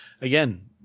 again